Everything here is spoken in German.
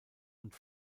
und